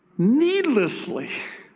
needlessly,